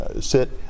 sit